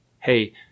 hey